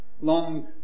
long